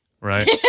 right